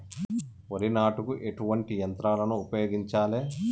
వరి నాటుకు ఎటువంటి యంత్రాలను ఉపయోగించాలే?